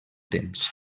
temps